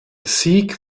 sieg